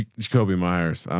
jacoby. meyers.